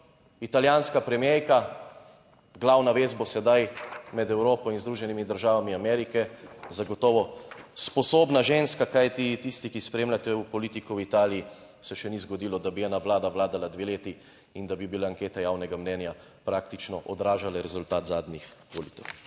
italijanska premierka, glavna vest bo sedaj med Evropo in Združenimi državami Amerike, zagotovo sposobna ženska, kajti tisti, ki spremljate politiko v Italiji se še ni zgodilo, da bi ena vlada vladala dve leti in da bi bile ankete javnega mnenja praktično odražale rezultat zadnjih volitev.